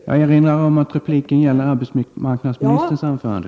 Jag erinrar om att repliken gäller arbetsmarknadsministerns anförande.